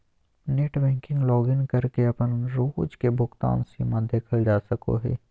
net banking login करके अपन रोज के भुगतान सीमा देखल जा सको हय